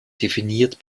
definiert